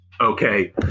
okay